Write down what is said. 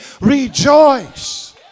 Rejoice